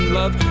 love